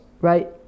right